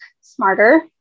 smarter